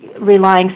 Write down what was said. relying